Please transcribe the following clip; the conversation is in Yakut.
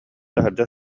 таһырдьа